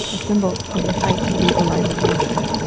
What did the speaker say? a symbol of the fight to legalize abortion.